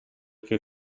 que